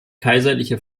kaiserliche